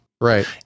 right